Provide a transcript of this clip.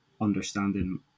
understanding